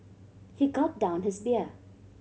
he gulp down his beer